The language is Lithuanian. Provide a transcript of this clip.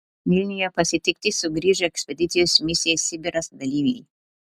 vilniuje pasitikti sugrįžę ekspedicijos misija sibiras dalyviai